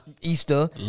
Easter